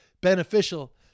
beneficial